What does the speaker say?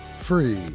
free